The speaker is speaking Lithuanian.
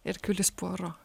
ir kiulis poro